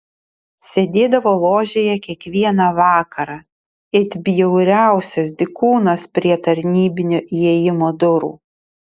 sėdėdavo ložėje kiekvieną vakarą it bjauriausias dykūnas prie tarnybinio įėjimo durų